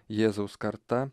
jėzaus karta